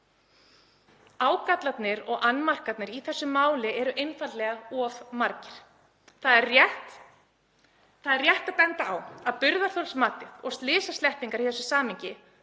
Ágallarnir og annmarkarnir í þessu máli eru einfaldlega of margir. Það er rétt að benda á burðarþolsmatið og slysasleppingar í þessu samhengi.